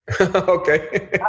Okay